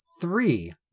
three